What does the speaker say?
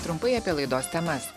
trumpai apie laidos temas